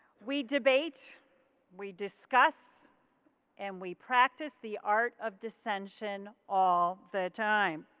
we debate we discuss and we practice the art of dissention all the time.